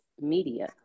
Media